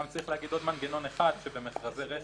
במכרזי רכש,